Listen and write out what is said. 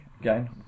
again